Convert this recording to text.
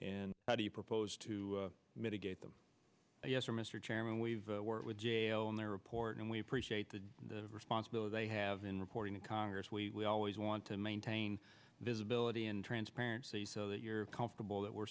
and how do you propose to mitigate them yes or mr chairman we've worked with jail in their report and we appreciate the responsibility they have in reporting to congress we always want to maintain visibility and transparency so that you're comfortable that we're